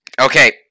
Okay